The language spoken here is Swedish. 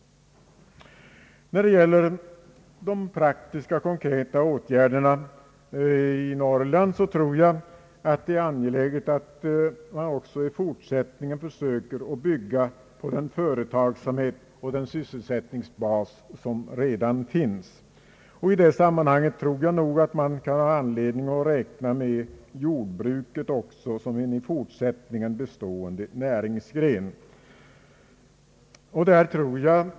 När det gäller de praktiska konkreta åtgärderna i Norrland tror jag att det är angeläget att man också i fortsättningen söker bygga på den företagsamhet och den sysselsättningsbas som redan finns. I det sammanhanget finns nog anledning att räkna med jordbruket också som en i fortsättningen bestående näringsgren.